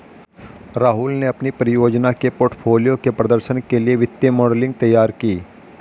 राहुल ने अपनी परियोजना के पोर्टफोलियो के प्रदर्शन के लिए वित्तीय मॉडलिंग तैयार की